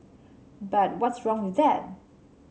but what's wrong with that